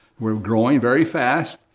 were growing very fast,